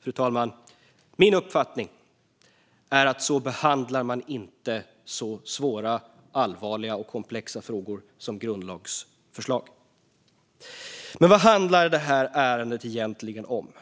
Fru talman! Min uppfattning är att så behandlar man inte så svåra, allvarliga och komplexa frågor som grundlagsförslag. Vad handlar det här ärendet egentligen om?